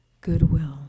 goodwill